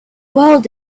world